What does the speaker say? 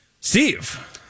Steve